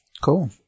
cool